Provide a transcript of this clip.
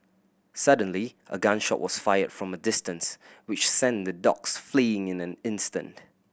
suddenly a gun shot was fired from a distance which sent the dogs fleeing in an instant